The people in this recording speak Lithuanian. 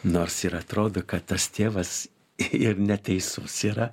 nors ir atrodo kad tas tėvas ir neteisus yra